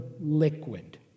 liquid